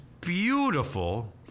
beautiful